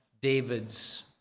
David's